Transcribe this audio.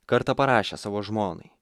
kartą parašęs savo žmonai